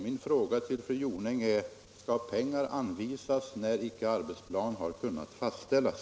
Min fråga till fru Jonäng är då: Skall pengar anvisas när arbetsplan inte har kunnat fastställas?